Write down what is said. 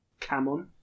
Camon